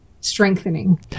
strengthening